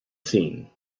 seen